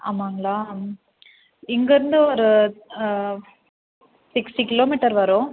ஆமாங்களா இங்கேருந்து ஒரு sixty kilometre வரும்